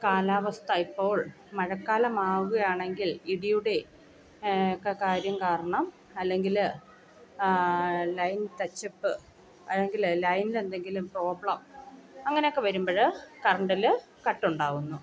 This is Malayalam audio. കാലാവസ്ഥയിപ്പോൾ മഴക്കാലമാവാണെങ്കിൽ ഇടിയുടെ ഒക്കെ കാര്യം കാരണം അല്ലെങ്കിൽ ലൈൻ ടച്ച് ആപ്പ് അല്ലെങ്കിൽ ലൈൻന്നെന്തെങ്കിലും പ്രോബ്ലം അങ്ങനൊക്കെ വരുമ്പോൾ കറണ്ടിൽ കട്ടൊണ്ടാവുന്നു